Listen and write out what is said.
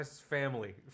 family